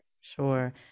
sure